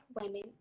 women